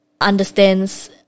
understands